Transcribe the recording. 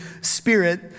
spirit